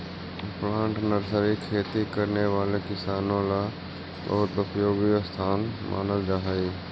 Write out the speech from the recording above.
plant nursery खेती करने वाले किसानों ला बहुत उपयोगी स्थान मानल जा हई